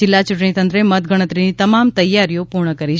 જિલ્લા ચ્રંટણી તંત્રે મતગણતરીની તમામ તૈયારીઓ પ્રર્ણ કરી છે